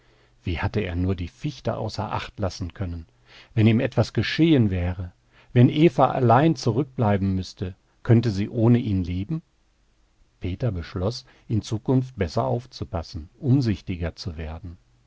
wie hatte er nur die fichte außer acht lassen können wenn ihm etwas geschehen wäre wenn eva allein zurückbleiben müßte könnte sie ohne ihn leben peter beschloß in zukunft besser aufzupassen umsichtiger zu werden